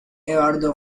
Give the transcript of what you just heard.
eduardo